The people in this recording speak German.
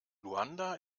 luanda